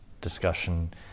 discussion